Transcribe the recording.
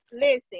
listen